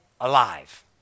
alive